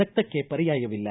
ರಕ್ತಕ್ಕೆ ಪರ್ಯಾಯವಿಲ್ಲ